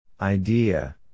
Idea